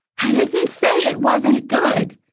i didn't say it wasn't good!